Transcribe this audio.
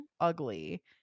ugly